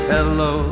Hello